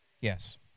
Yes